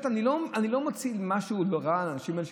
אני באמת לא מוציא משהו רע על האנשים האלה,